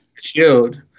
shield